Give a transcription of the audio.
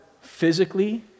physically